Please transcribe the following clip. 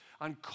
on